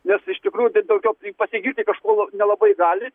nes iš tikrųjų taip daugiau pasigirti kažkuo la nelabai gali